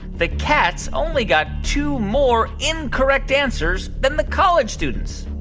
the cats only got two more incorrect answers than the college students?